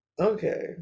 Okay